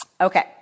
Okay